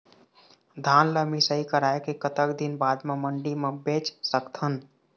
धान ला मिसाई कराए के कतक दिन बाद मा मंडी मा बेच सकथन?